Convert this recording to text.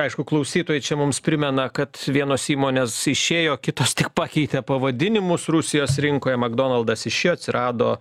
aišku klausytojai čia mums primena kad vienos įmonės išėjo kitos tik pakeitė pavadinimus rusijos rinkoje makdonaldas išėjo atsirado